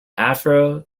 afro